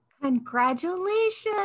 congratulations